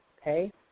Okay